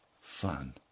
fun